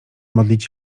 modlić